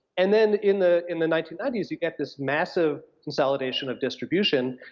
and then in the in the nineteen ninety s, you get this massive consolidation of distribution,